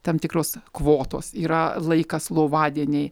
tam tikros kvotos yra laikas lovadieniai